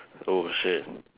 oh shit